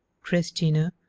christina,